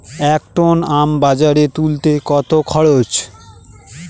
এক টন আম বাজারে তুলতে কত খরচ?